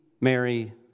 Mary